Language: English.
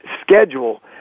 schedule